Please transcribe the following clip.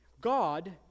God